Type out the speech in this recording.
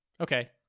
Okay